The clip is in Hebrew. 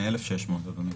מ-1,600, אדוני.